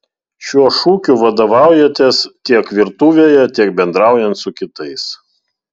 šiuo šūkiu vadovaujatės tiek virtuvėje tiek bendraujant su kitais